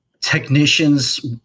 technicians